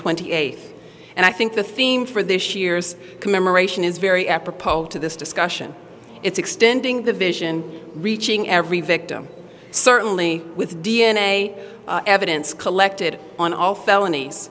twenty eighth and i think the theme for this year's commemoration is very apropos to this discussion it's extending the vision reaching every victim certainly with d n a evidence collected on all felonies